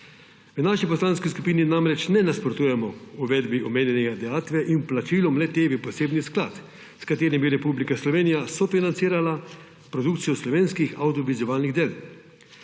V naši poslanski skupini namreč ne nasprotujemo uvedbi omenjene dajatve in plačilom le-te v posebni sklad, s katerim bi Republika Slovenija sofinancirala produkcijo slovenskih avdiovizualnih del.